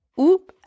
ou